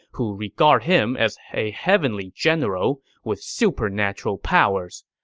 who regard him as a heavenly general with supernatural powers.